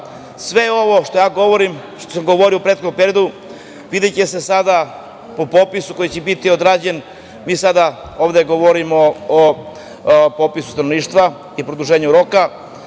Sve ovo što sam govorio u prethodnom periodu videće se sada po popisu koji će biti odrađen. Mi sada ovde govorimo o popisu stanovništva i produženju roka